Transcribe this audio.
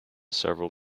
several